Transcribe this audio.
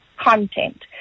content